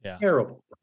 Terrible